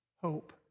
hope